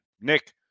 Nick